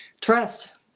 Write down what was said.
Trust